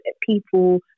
people